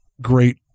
great